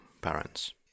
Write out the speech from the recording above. parents